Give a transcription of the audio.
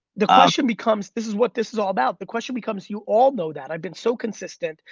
the question becomes, this is what this is all about, the question becomes, you all know that, i've been so consistent,